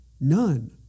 None